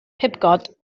pibgod